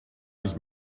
nicht